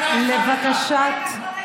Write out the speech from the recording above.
ממשיכות,